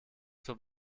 zur